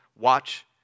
watch